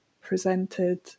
presented